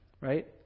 right